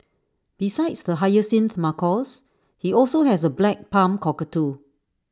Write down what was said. besides the hyacinth macaws he also has A black palm cockatoo